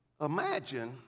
imagine